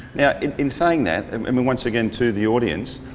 yeah in in saying that, um i mean once again to the audience,